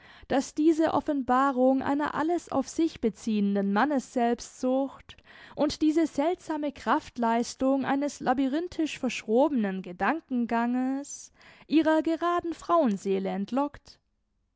das diese offenbarung einer alles auf sich beziehenden mannesselbstsucht und diese seltsame kraftleistung eines labyrinthisch verschrobenen gedankenganges ihrer geraden frauenseele entlockt